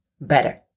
better